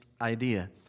idea